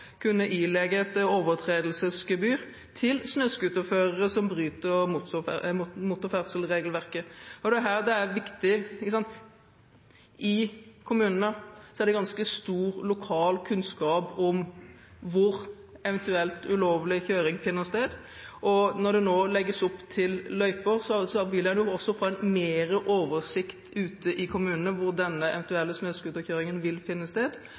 kunne ilegge snøscooterførere som bryter motorferdselregelverket, et overtredelsesgebyr. Dette er viktig. I kommunene er det ganske stor lokalkunnskap om hvor eventuell ulovlig kjøring finner sted, og når det nå legges løyper, vil en også ute i kommunene få mer oversikt over hvor denne eventuelle snøscooterkjøringen vil finne sted.